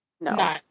No